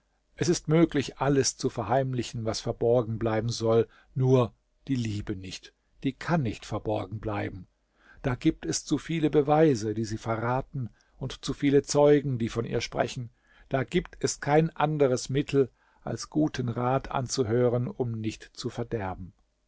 es ist möglich alles zu verheimlichen was verborgen bleiben soll nur die liebe nicht die kann nicht verborgen bleiben da gibt es zu viele beweise die sie verraten und zu viele zeugen die von ihr sprechen da gibt es kein anderes mittel als guten rat anzuhören um nicht zu verderben